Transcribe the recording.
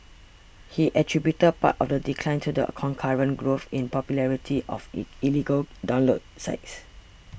he attributed part of the decline to the concurrent growth in popularity of illegal download sites